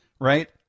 right